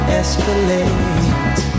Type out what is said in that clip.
escalate